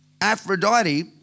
Aphrodite